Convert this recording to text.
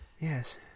Yes